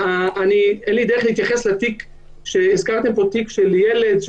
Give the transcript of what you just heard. אין לי דרך להתייחס לתיק שהזכרתם פה, תיק של ילד.